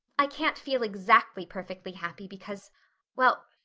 i can't feel exactly perfectly happy because well,